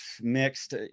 mixed